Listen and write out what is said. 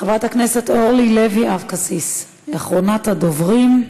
חברת הכנסת אורלי לוי אבקסיס, אחרונת הדוברים,